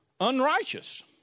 unrighteous